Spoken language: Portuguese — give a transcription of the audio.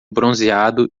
bronzeado